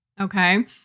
Okay